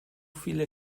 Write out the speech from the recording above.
viele